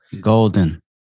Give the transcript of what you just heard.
Golden